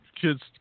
kids